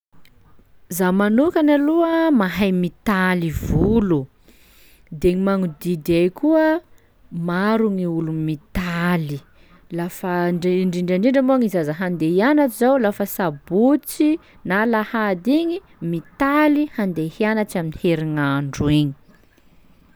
Zaho manokany aloha mahay mitaly volo, de gny magnodidy ahy koa maro gny olo mitaly, lafa ndre- indrindrandrindra moa gny zaza handeha hianatsy zao lafa sabotsy na lahady igny mitaly handeha hianatsy amy herignandro igny.